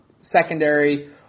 secondary